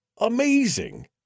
amazing